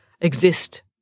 exist